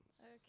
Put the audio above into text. Okay